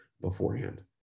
beforehand